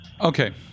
Okay